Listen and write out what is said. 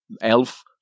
elf